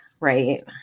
Right